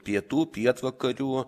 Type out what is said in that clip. pietų pietvakarių